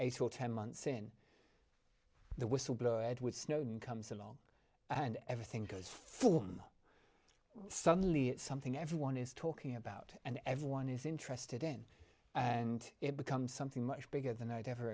eight or ten months in the whistleblower edward snowden comes along and everything goes for him suddenly it's something everyone is talking about and everyone is interested in and it becomes something much bigger than i'd ever